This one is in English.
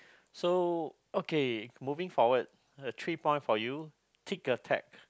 so okay moving forward uh three point for you tic a